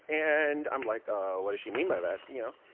and i'm like, ah what does she mean by that, you know?